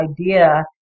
idea